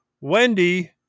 Wendy